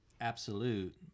absolute